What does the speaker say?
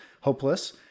hopeless